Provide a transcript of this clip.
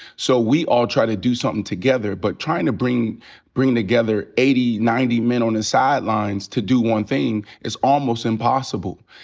so we all tried to do something together. but tryin' to bring bring together eighty, ninety men on the sidelines to do one thing is almost impossible.